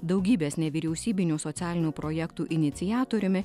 daugybės nevyriausybinių socialinių projektų iniciatoriumi